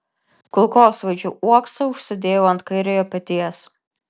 kulkosvaidžio uoksą užsidėjau ant kairiojo peties